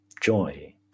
joy